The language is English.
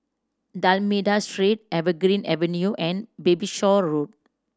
D'Almeida Street Evergreen Avenue and Bayshore Road